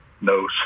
knows